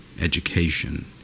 education